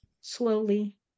Slowly